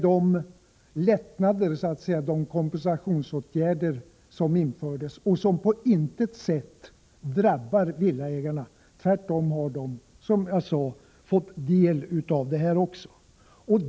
Detta är de kompensationsåtgärder som vidtagits och som på intet sätt drabbar villaägarna. Tvärtom har de, som sagt, fått del av förbättringarna.